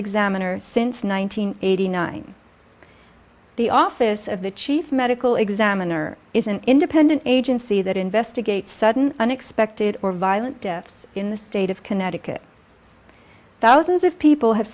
examiner since one nine hundred eighty nine the office of the chief medical examiner is an independent agency that investigates sudden unexpected or violent deaths in the state of connecticut thousands of people have